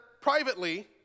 privately